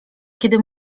kiedy